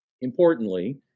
Importantly